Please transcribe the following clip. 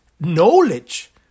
knowledge